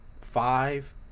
Five